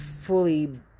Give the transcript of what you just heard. fully